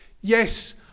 Yes